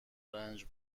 رنج